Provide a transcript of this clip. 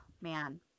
man